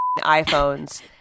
iPhones